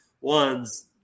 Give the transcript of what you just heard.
ones